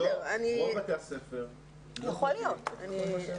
רוב בתי הספר לא גובים את כל מה שמאושר.